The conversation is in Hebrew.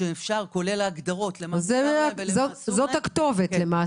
כולל ההגדרות --- זו הכתובת למעשה